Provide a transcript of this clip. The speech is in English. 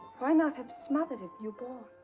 why not have smothered it newborn?